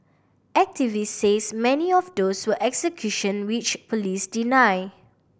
activist says many of do so execution which police deny